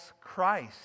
Christ